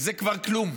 זה כבר כלום,